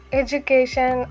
education